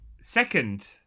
second